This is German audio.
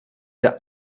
der